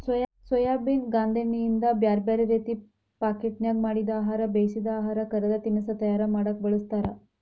soybean ಗಾಂದೇಣ್ಣಿಯಿಂದ ಬ್ಯಾರ್ಬ್ಯಾರೇ ರೇತಿ ಪಾಕೇಟ್ನ್ಯಾಗ ಮಾಡಿದ ಆಹಾರ, ಬೇಯಿಸಿದ ಆಹಾರ, ಕರದ ತಿನಸಾ ತಯಾರ ಮಾಡಕ್ ಬಳಸ್ತಾರ